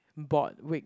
board wake